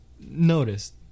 notice